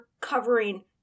covering